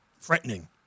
threatening